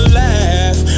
laugh